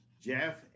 Jeff